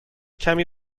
کمی